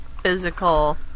physical